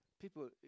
People